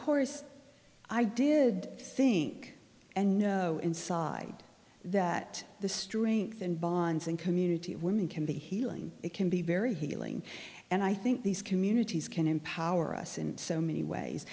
course i did think and know inside that the strength and bonds and community of women can be healing it can be very healing and i think these communities can empower us in so many ways